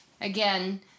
Again